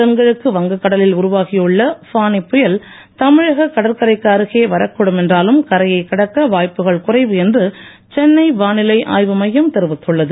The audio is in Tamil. தென்கிழக்கு வங்க கடலில் உருவாகியுள்ள ஃபானி புயல் தமிழக கடற்கரைக்கு அருகே வரக்கூடும் என்றாலும் கரையை கடக்க வாய்ப்புகள் குறைவு என்று சென்னை வானிலை ஆய்வு மையம் தெரிவித்துள்ளது